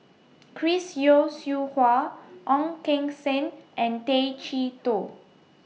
Chris Yeo Siew Hua Ong Keng Sen and Tay Chee Toh